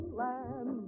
land